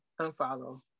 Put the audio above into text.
unfollow